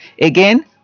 Again